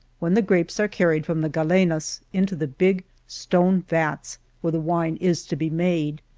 when the grapes are carried from the galenas into the big stone vats where the wine is to be made,